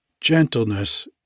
Gentleness